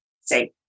say